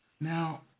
Now